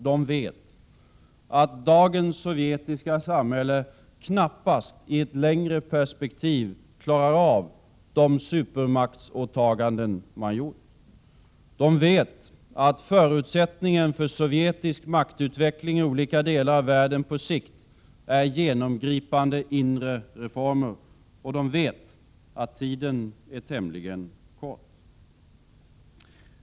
De vet att dagens sovjetiska samhälle i ett längre perspektiv knappast klarar av de supermaktsåtaganden man gjort. De vet att förutsättningen för sovjetisk maktutveckling i olika delar av världen på sikt är genomgripande inre reformer. De vet också att tiden är tämligen kort.